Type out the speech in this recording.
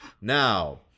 Now